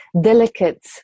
delicate